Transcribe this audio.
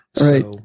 right